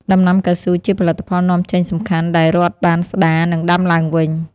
ដំណាំកៅស៊ូជាផលិតផលនាំចេញសំខាន់ ដែលរដ្ឋបានស្តារ និងដាំឡើងវិញ។